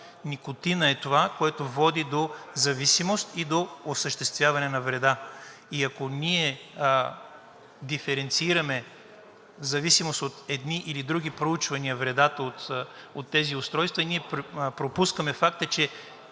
Никотинът е това, което води до зависимост и до осъществяване на вреда. И ако ние диференцираме в зависимост от едни или други проучвания вредата от тези устройства, ние пропускаме факта, че